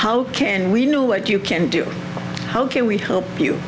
how can we know what you can do how can we hope you